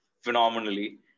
phenomenally